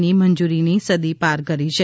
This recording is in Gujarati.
ની મંજૂરીની સદી પાર કરી છે